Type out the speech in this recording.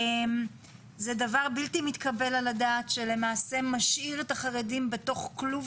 זה דבר בלתי מתקבל על הדעת שלמעשה משאיר את החרדים בתוך כלוב